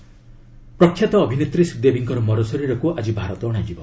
ଶ୍ରୀଦେବୀ ପ୍ରଖ୍ୟାତ୍ ଅଭିନେତ୍ରୀ ଶ୍ରୀଦେବୀଙ୍କ ମର ଶରୀରକୁ ଆଜି ଭାରତ ଅଣାଯିବ